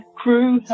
crew